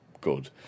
good